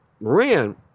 ran